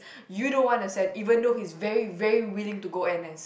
you don't want to send even though he's very very willing to go N_S